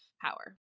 power